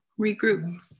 regroup